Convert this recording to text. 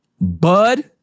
Bud